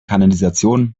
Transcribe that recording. kanalisation